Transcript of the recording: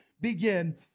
Begin